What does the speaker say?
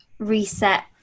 reset